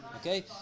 Okay